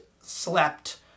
slept